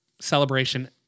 celebration